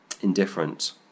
indifferent